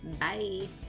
Bye